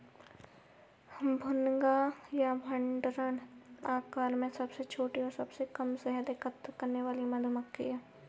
भुनगा या डम्भर आकार में सबसे छोटी और सबसे कम शहद एकत्र करने वाली मधुमक्खी है